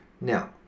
Now